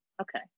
okay